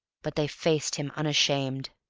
but they faced him unashamed.